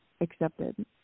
accepted